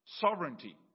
sovereignty